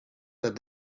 that